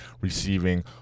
receiving